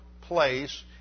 place